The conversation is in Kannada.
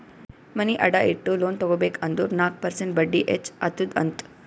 ಮನಿ ಅಡಾ ಇಟ್ಟು ಲೋನ್ ತಗೋಬೇಕ್ ಅಂದುರ್ ನಾಕ್ ಪರ್ಸೆಂಟ್ ಬಡ್ಡಿ ಹೆಚ್ಚ ಅತ್ತುದ್ ಅಂತ್